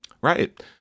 Right